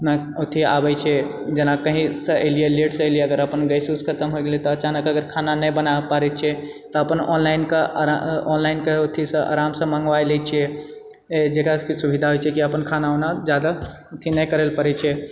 अथी आबए छै जेना कहीसँ एलिऐ लेटसँ एलिऐ अगर अपन गैस उसके खतम होइ गेलै तऽ अचानक अगर खाना नहि बनाबऽ पाड़ै छिऐ तऽ अपन ऑनलाइनके ऑनलाइनके अथीसँ आरामसँ मंङ्गबाए लए छिऐ जेकरासँ कि सुविधा होइ छै कि अपन खाना उना जादा अथी नहि करए लए पड़ैत छै